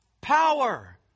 Power